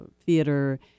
theater